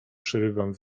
przerywam